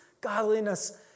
godliness